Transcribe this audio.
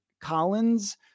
Collins